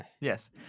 Yes